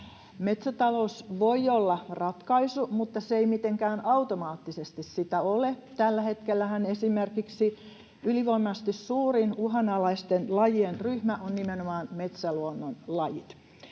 Metsätalous voi olla ratkaisu, mutta se ei mitenkään automaattisesti sitä ole. Tällä hetkellähän esimerkiksi ylivoimaisesti suurin uhanalaisten lajien ryhmä on nimenomaan metsäluonnon lajit.